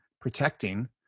protecting